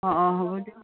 অ অ হ'ব